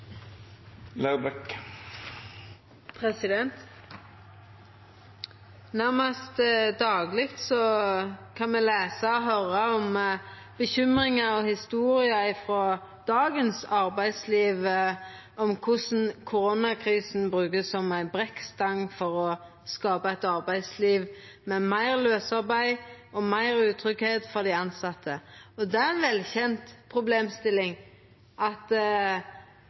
Nærmast dagleg kan me lesa og høyra om bekymringar og historier frå dagens arbeidsliv, om korleis koronakrisen vert brukt som ei brekkstang for å skapa eit arbeidsliv med meir lausarbeid og meir utryggleik for dei tilsette. Det er ei velkjend problemstilling at